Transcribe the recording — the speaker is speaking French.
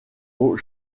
aux